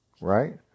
right